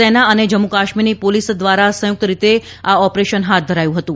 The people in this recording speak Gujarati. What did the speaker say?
સેના અને જમ્મુ કાશ્મીરની પોલીસે સંયુક્ત રીતે આ ઓપરેશન હાથ ધરાયું હતું